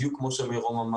בדיוק כמו שאמר מירום,